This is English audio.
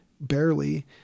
barely